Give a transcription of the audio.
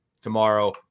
tomorrow